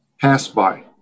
Pass-by